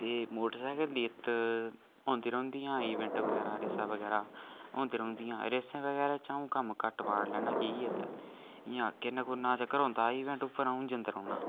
एह् मौटरसैकल दियां इत्त होंदियां रौंह्दियां इवेंट बगैरा रेसांं बगैरा होंदियां रौंह्दियां रेसें बगैरा च आ'ऊं कम्म घट्ट भाग लैन्ना कि गी इत्त इ'यां किरना कुरना चक्कर होंदा इवेंट उप्पर आ'ऊं जंदा रौह्न्नां